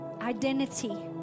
identity